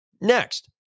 Next